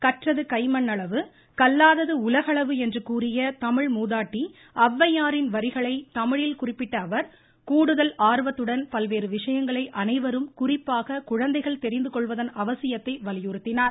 கற்றது கைம்மண்ணளவு கல்லாதது உலகளவு எனக் கூறிய தமிழ் மூதாட்டி அவ்வையாரின் வரிகளை சுட்டிக்காட்டிய அவர் கூடுதல் ஆர்வத்துடன் பல்வேறு விசயங்களை அனைவரும் குறிப்பாக குழந்தைகள் தெரிந்து கொள்வதன் அவசியத்தை வலியுறுத்தினார்